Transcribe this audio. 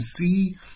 see